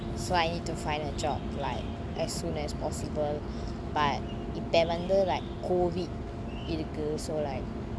so I need to find a job like as soon as possible but இபோலாந்து:ipolanthu COVID இருக்கு:iruku so like